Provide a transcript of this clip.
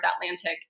Atlantic